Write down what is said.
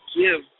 give